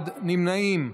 אחד, נמנעים,